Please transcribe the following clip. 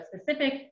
specific